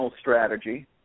strategy